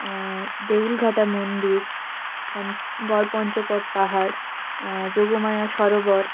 দেউলঘাটার মন্দির পণ গড় পঞ্চকোট পাহাড় যোগমায়া সরোবর